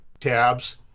tabs